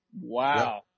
Wow